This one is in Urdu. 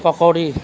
پکوڑی